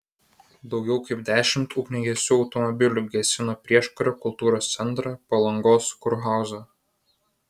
daugiau kaip dešimt ugniagesių automobilių gesino prieškario kultūros centrą palangos kurhauzą